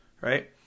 right